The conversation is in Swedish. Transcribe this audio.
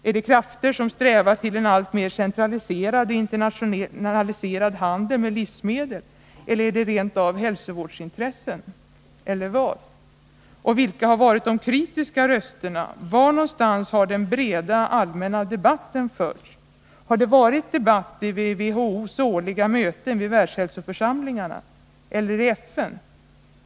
Är det krafter som strävar till en alltmer centraliserad och internationaliserad handel med livsmedel? Eller är det rent av hälsovårdsintressen? Eller vad? Och vilka har varit de kritiska rösterna? Var någonstans har den breda, allmänna debatten förts? Har det varit debatter vid WHO:s årliga möten vid världshälsoförsamlingarna? Eller i FN?